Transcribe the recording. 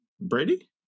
Brady